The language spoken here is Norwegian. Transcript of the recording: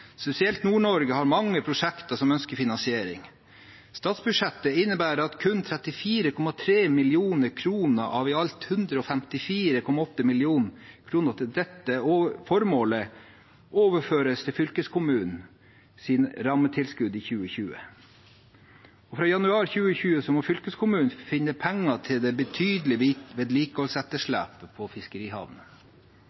Spesielt har man i Nord-Norge mange prosjekter som ønsker finansiering. Statsbudsjettet innebærer at kun 34,3 mill. kr av i alt 154,8 mill. kr til dette formålet overføres til fylkeskommunenes rammetilskudd i 2020. Fra januar 2020 må fylkeskommunene finne penger til det